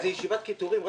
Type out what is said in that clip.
זו ישיבת קיטורים?